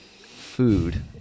food